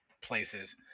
places